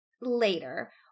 later